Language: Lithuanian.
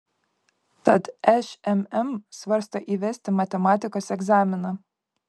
tad šmm svarsto įvesti matematikos egzaminą